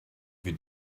wie